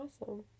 Awesome